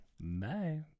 Bye